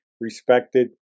respected